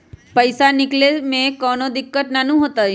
पईसा निकले में कउनो दिक़्क़त नानू न होताई?